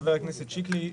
חבר הכנסת שיקלי,